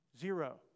zero